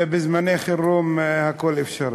ובזמני חירום הכול אפשרי.